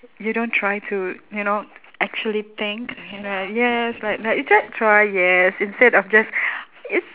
you don't try to you know actually think you know like yes like like try yes instead of just it's